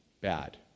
bad